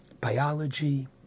biology